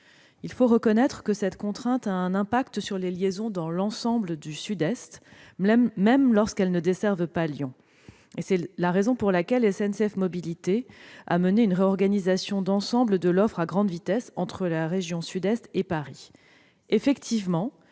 de cette gare. Cette contrainte a une incidence sur les liaisons dans l'ensemble du Sud-Est, même lorsque celles-ci ne desservent pas Lyon. C'est la raison pour laquelle SNCF Mobilités a mené une réorganisation de l'ensemble de l'offre à grande vitesse entre la région Sud-Est et Paris.